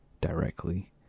directly